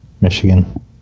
Michigan